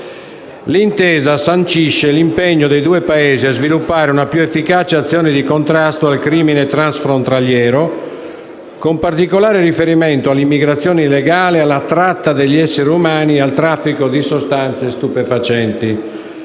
L'intesa sancisce l'impegno dei due Paesi a sviluppare una più efficace azione di contrasto al crimine transfrontaliero, con particolare riferimento all'immigrazione illegale, alla tratta degli esseri umani e al traffico di sostanze stupefacenti.